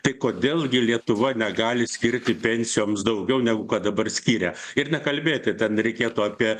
tai kodėl gi lietuva negali skirti pensijoms daugiau negu kad dabar skiria ir nekalbėti ten reikėtų apie